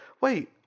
wait